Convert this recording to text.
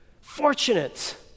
fortunate